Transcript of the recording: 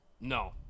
No